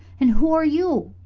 and who are you?